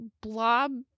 blob